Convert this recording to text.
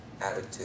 attitude